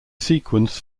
sequence